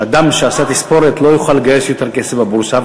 שאדם שעשה תספורת לא יוכל לגייס יותר כסף בבורסה.